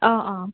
অঁ অঁ